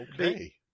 Okay